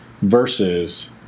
versus